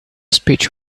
speech